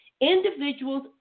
individuals